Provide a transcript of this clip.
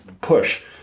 push